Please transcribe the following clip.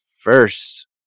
first